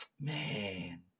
man